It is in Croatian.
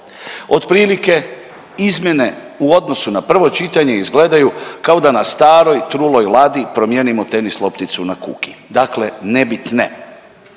Otprilike izmjene u odnosu na prvo čitanje izgledaju kao da na staroj truloj Ladi promijenimo tenis lopticu na kuku, dakle nebitne.